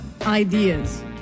ideas